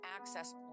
access